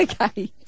Okay